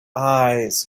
eyes